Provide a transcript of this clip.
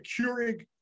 Keurig